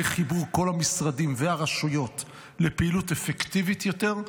חיבור כל המשרדים והרשויות לפעילות אפקטיבית יותר.